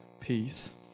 peace